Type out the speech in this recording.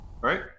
right